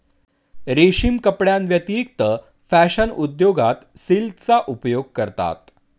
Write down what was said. रेशीम कपड्यांव्यतिरिक्त फॅशन उद्योगात सिल्कचा उपयोग करतात